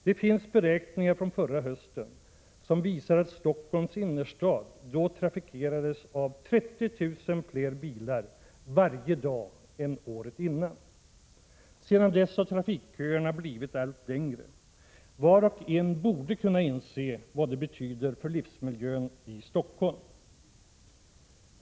Det finns beräkningar från förra hösten som visade att Stockholms innerstad då trafikerades av 30 000 fler bilar varje dag än året innan. Sedan dess har trafikköerna blivit allt längre. Var och en borde kunna inse vad det betyder för livsmiljön i Stockholm.